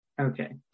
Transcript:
Okay